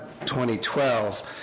2012